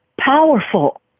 powerful